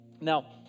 Now